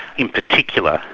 in particular,